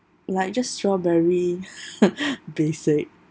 like just strawberry basic